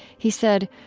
he said,